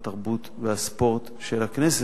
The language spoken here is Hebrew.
התרבות והספורט של הכנסת.